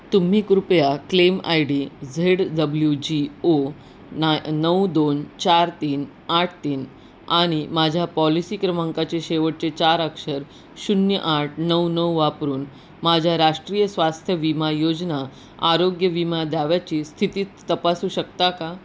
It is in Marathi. तुम्ही कृपया claim I D Z W G O ना नऊ दोन चार तीन आठ तीन आणि माझ्या पॉलिसी क्रमांकाचे शेवटचे चार अक्षर शून्य आठ नऊ नऊ वापरून माझ्या राष्ट्रीय स्वास्थ्य विमा योजना आरोग्य विमा द्याव्याची स्थिती तपासू शकता का